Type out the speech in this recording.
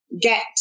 get